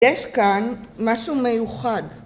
‫יש כאן משהו מיוחד,